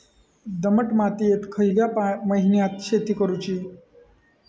दमट मातयेत खयल्या महिन्यात शेती करुची?